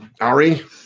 Ari